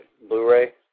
Blu-ray